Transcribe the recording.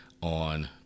on